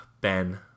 Ben